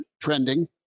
trending